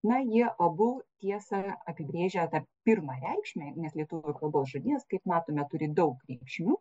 na jie abu tiesą apibrėžia ta pirma reikšme nes lietuvių kalbos žuvies kaip matome turi daug reikšmių